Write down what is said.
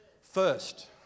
first